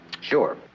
Sure